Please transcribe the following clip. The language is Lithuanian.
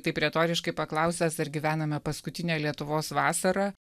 taip retoriškai paklausęs ar gyvename paskutinę lietuvos vasarą